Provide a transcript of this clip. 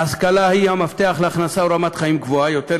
ההשכלה היא המפתח להכנסה ולרמת חיים גבוהה יותר,